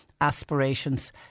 aspirations